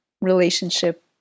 relationship